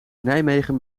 nijmegen